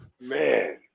Man